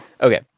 Okay